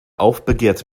aufbegehrt